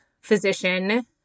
physician